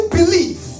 believe